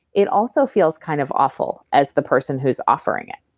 it also feels kind of awful as the person who's offering it,